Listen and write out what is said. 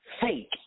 fake